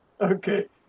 Okay